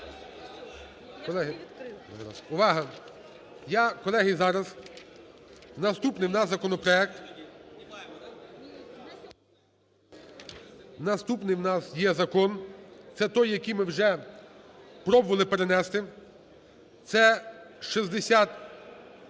Колеги, увага, я, колеги, зараз. Наступний у нас законопроект, наступний у нас є закон, це той, який ми вже пробували перенести, це 6141